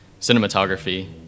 cinematography